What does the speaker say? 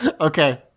Okay